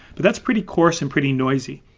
but that's pretty course and pretty noisy.